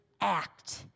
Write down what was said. Act